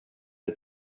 the